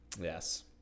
yes